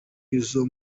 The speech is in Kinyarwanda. izo